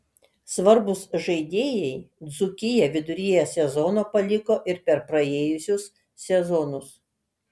svarbūs žaidėjai dzūkiją viduryje sezono paliko ir per praėjusius sezonus